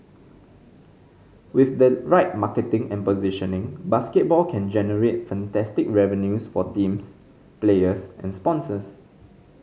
with the right marketing and positioning basketball can generate fantastic revenues for teams players and sponsors